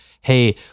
hey